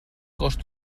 cost